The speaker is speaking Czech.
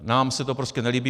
Nám se to prostě nelíbí.